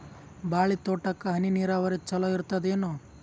ಬಾಳಿ ತೋಟಕ್ಕ ಹನಿ ನೀರಾವರಿ ಚಲೋ ಇರತದೇನು?